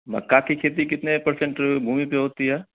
मक्का की खेती कितने परसेंट भूमि पर होती है